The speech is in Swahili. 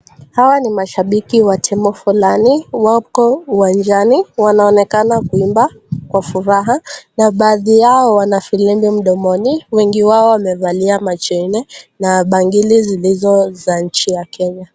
Hawa ni mashabiki wa timu fulani wako uwanjani. Wanaonekana kuimba kwa furaha na baadhi yao wana filimbi mdomoni. Wengi wao wamevalia macho nne na bangili zilizo za nchi ya Kenya.